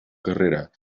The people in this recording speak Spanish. carrera